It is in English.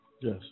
Yes